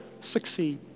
succeed